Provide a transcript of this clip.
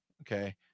okay